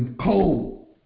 cold